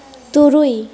ᱛᱩᱨᱩᱭ